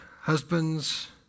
husbands